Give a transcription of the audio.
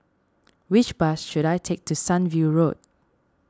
which bus should I take to Sunview Road